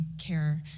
care